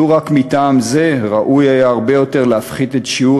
לו רק מטעם זה ראוי היה הרבה יותר להפחית את שיעור